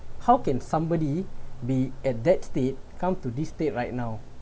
how can somebody be at that state come to this state right now